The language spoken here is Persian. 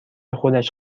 خودش